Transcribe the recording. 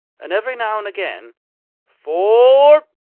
and every now and again fo-o-ore!